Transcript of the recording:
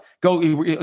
go